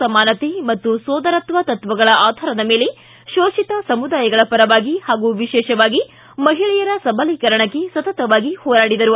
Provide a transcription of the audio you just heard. ಸಮಾನತೆ ಮತ್ತು ಸೋದರತ್ವ ತತ್ವಗಳ ಆಧಾರದ ಮೇಲೆ ಶೋಷಿತ ಸಮುದಾಯಗಳ ಪರವಾಗಿ ಹಾಗೂ ವಿಶೇಷವಾಗಿ ಮಹಿಳೆಯರ ಸಬಲೀಕರಣಕ್ಕೆ ಸತತವಾಗಿ ಹೋರಾಡಿದರು